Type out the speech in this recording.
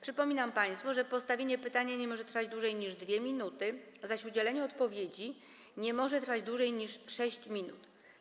Przypominam państwu, że postawienie pytania nie może trwać dłużej niż 2 minuty, zaś udzielenie odpowiedzi nie może trwać dłużej niż 6 minut.